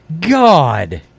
God